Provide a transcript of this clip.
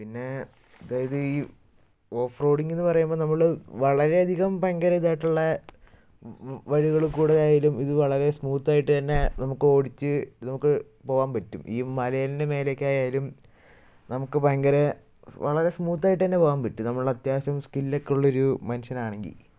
പിന്നെ അതായത് ഈ ഓഫ് റോഡിങ്ങെന്ന് പറയുമ്പം നമ്മള് വളരെയധികം ഭയങ്കര ഇതായിട്ടുള്ള വഴികളിലൂടെ ആയാലും ഇത് വളരെ സ്മൂത്തായിട്ട് തന്നെ നമുക്കോടിച്ച് നമുക്ക് പോകാൻ പറ്റും ഈ മലേൻറ്റെ മേലേക്കായാലും നമുക്ക് ഭയങ്കര വളരെ സ്മൂത്തായിട്ട് തന്നെ പോകാൻ പറ്റും നമ്മളത്യാവശ്യം സ്കിൽ ഒക്കെയുള്ള മനുഷ്യനാണെങ്കിൽ